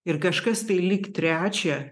ir kažkas tai lyg trečią